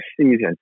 season